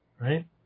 right